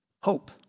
Hope